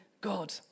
God